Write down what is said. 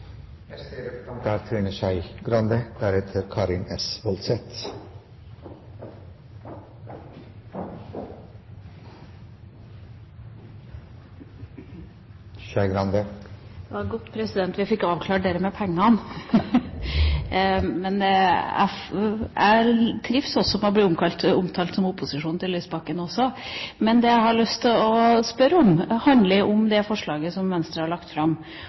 Godt at vi fikk avklart dette med pengene! Men jeg trives også med å bli omtalt som opposisjonen til Lysbakken. Det jeg har lyst til å spørre om, handler om det forslaget som Venstre har lagt fram,